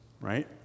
right